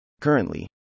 Currently